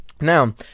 Now